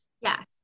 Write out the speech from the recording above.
Yes